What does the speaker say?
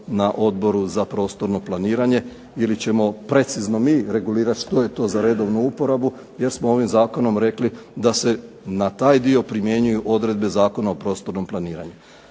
na Odboru za prostorno planiranje. Ili ćemo precizno mi regulirati što je to za redovnu uporabu jer smo ovim zakonom rekli da se na taj dio primjenjuju odredbe Zakona o prostornom planiranju.